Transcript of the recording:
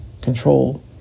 control